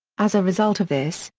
as a result of this,